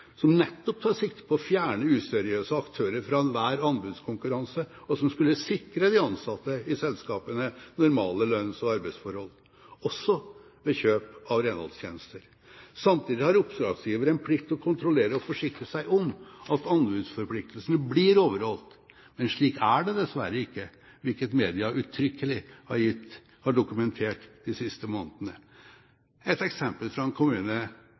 som nettopp tar sikte på å fjerne useriøse aktører fra enhver anbudskonkurranse, og som skulle sikre de ansatte i selskapene normale lønns- og arbeidsforhold, også ved kjøp av renholdstjenester. Samtidig har oppdragsgiver en plikt til å kontrollere og forsikre seg om at anbudsforpliktelsene blir overholdt. Men slik er det dessverre ikke, hvilket media uttrykkelig har dokumentert de siste månedene. Et eksempel fra en kommune